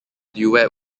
duet